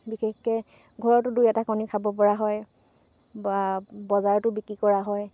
বিশেষকৈ ঘৰতো দুই এটা কণী খাব পৰা হয় বা বজাৰতো বিক্ৰী কৰা হয়